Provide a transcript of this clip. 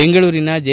ಬೆಂಗಳೂರಿನ ಜೆ